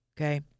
Okay